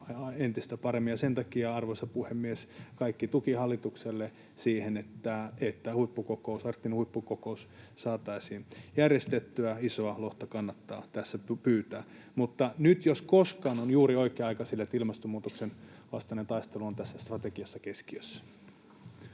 entistä paremmin, ja sen takia, arvoisa puhemies, kaikki tuki hallitukselle siihen, että arktinen huippukokous saataisiin järjestettyä. Isoa lohta kannattaa tässä pyytää. Nyt jos koskaan on juuri oikea aika sille, että ilmastonmuutoksen vastainen taistelu on tässä strategiassa keskiössä.